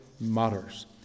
matters